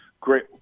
great